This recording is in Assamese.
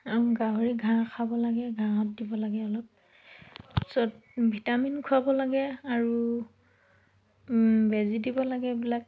আৰু গাহৰি ঘাঁহ খাব লাগে ঘাঁহত দিব লাগে অলপ তাৰপিছত ভিটামিন খুৱাব লাগে আৰু বেজী দিব লাগে এইবিলাক